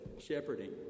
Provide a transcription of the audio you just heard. shepherding